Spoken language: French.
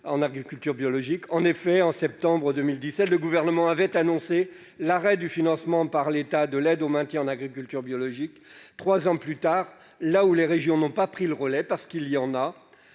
depuis longtemps. En effet, en septembre 2017, le Gouvernement a annoncé l'arrêt du financement par l'État de l'aide au maintien en agriculture biologique. Trois ans plus tard, là où les régions n'ont pas pris le relais- il en